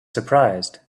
surprised